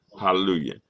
Hallelujah